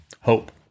Hope